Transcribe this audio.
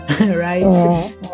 right